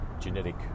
genetic